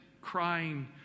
crying